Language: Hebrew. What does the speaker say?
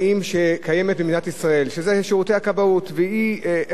אין ספק שהיא קשורה באופן ישיר לחיי אדם,